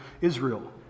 Israel